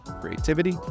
creativity